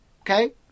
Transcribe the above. Okay